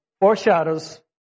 foreshadows